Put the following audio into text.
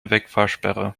wegfahrsperre